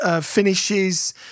Finishes